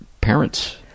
parents